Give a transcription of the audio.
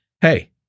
hey